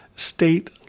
State